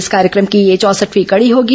इस कार्यक्रम की यह चौसठवीं कड़ी होगी